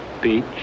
Beach